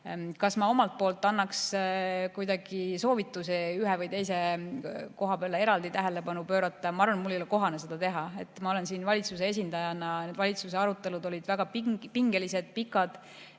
Kas ma omalt poolt annaks kuidagi soovituse ühele või teisele kohale eraldi tähelepanu pöörata? Ma arvan, et mul ei ole kohane seda teha. Ma olen siin valitsuse esindajana. Need valitsuse arutelud olid väga pingelised, pikad,